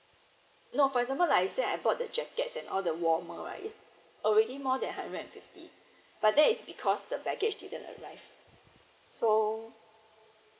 no for example like I say I bought the jacket set warmer right it is already more than hundred fifty but that is because the package didn't arrive so